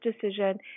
decision